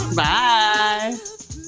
bye